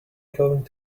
going